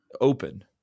open